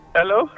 Hello